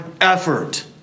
effort